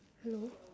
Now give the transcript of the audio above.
hello